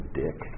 dick